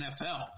NFL